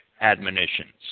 admonitions